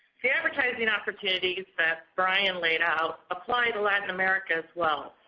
the advertising opportunities that brian laid out apply to latin america as well.